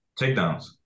Takedowns